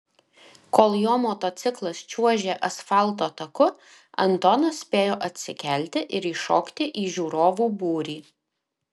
kol jo motociklas čiuožė asfalto taku antonas spėjo atsikelti ir įšokti į žiūrovų būrį